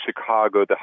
Chicago